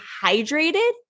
hydrated